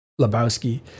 Lebowski